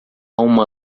uma